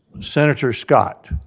senator scott?